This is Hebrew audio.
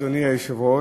אדוני היושב-ראש,